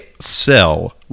sell